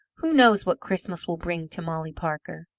who knows what christmas will bring to molly parker?